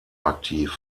aktiv